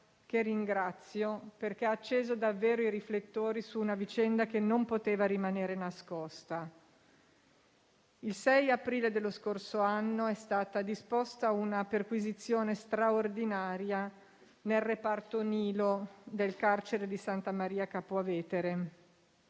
che ringrazio, perché ha acceso davvero i riflettori su una vicenda che non poteva rimanere nascosta. Il 6 aprile dello scorso anno è stata disposta una perquisizione straordinaria nel reparto Nilo del carcere di Santa Maria Capua Vetere.